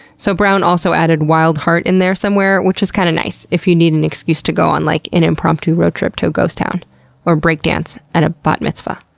so brown also added, wild heart, in there somewhere which is kinda kind of nice if you need an excuse to go on like an impromptu road trip to a ghost town or breakdance at a bat mitzvah.